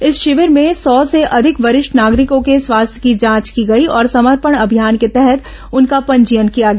इस शिविर में सौ से अधिक वरिष्ठ नागरिकों के स्वास्थ्य की जांच की गई और समर्पण अभियान के तहत उनका पंजीयन किया गया